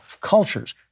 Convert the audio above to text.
cultures